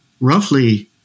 roughly